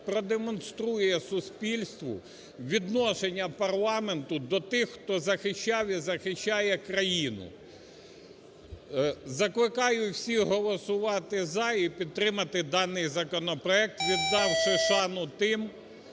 продемонструє суспільству відношення парламенту до тих, хто захищав і захищає країну. Закликаю всіх голосувати "за" і підтримати даний законопроект, віддавши шану тим